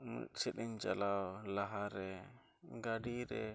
ᱢᱤᱫ ᱥᱮᱫ ᱤᱧ ᱪᱟᱞᱟᱣ ᱞᱟᱦᱟᱨᱮ ᱜᱟᱹᱰᱤᱨᱮ